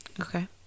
okay